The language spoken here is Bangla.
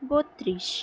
বত্রিশ